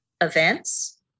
events